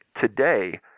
today